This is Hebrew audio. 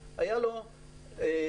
שהוסמכו.